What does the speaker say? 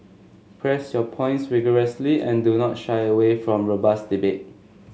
press your points vigorously and do not shy away from robust debate